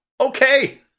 okay